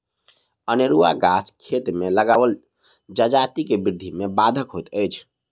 अनेरूआ गाछ खेत मे लगाओल जजाति के वृद्धि मे बाधक होइत अछि